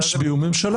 תשביעו ממשלה.